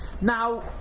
Now